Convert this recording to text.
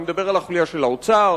אני מדבר על החוליה של האוצר,